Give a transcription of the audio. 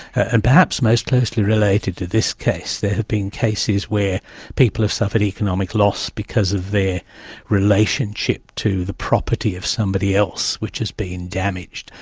and perhaps most closely related to this case there have been cases where people have suffered economic loss because of their relationship to the property of somebody else, which has been damaged.